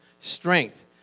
strength